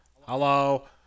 hello